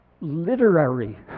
literary